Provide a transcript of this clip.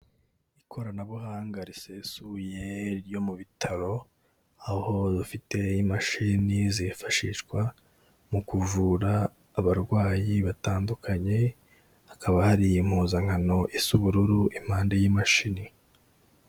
Ikoranabuhanga risesuye ryo mu bitaro, aho bafite imashini zifashishwa mu kuvura abarwayi batandukanye, hakaba hari impuzankano isa ubururu impande y'imashini.